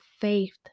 faith